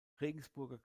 regensburger